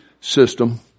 system